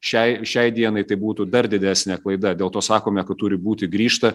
šiai šiai dienai tai būtų dar didesnė klaida dėl to sakome kad turi būti grįžta